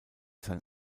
sein